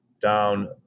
down